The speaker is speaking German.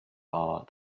war